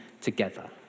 together